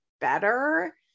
better